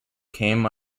came